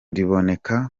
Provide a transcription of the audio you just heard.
riboneka